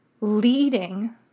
leading